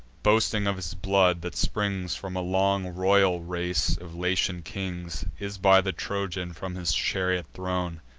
boasting of his blood, that springs from a long royal race of latian kings, is by the trojan from his chariot thrown,